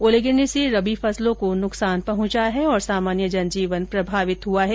ओले गिरने से रबी फसलों को नुकसान पहुंचा है और सामान्य जन जीवन प्रभावित हुआ है